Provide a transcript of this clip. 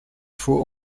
faut